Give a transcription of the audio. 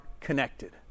connected